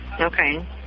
Okay